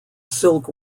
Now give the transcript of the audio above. silk